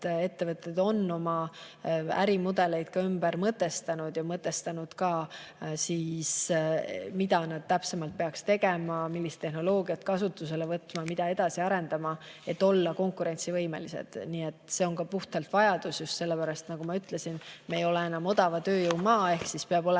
Ettevõtted on oma ärimudeleid ümber mõtestanud, mida nad täpsemalt peaks tegema, millist tehnoloogiat kasutusele võtma, mida edasi arendama, et olla konkurentsivõimelised. Nii et see on ka puhtalt vajadus. Just sellepärast, nagu ma ütlesin, et me ei ole enam odava tööjõu maa. Meil peab olema